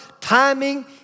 timing